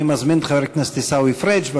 אני מזמין את חבר הכנסת עיסאווי פריג'; בבקשה,